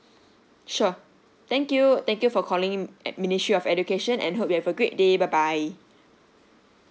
sure thank you thank you for calling at ministry of education and hope you have a great day bye bye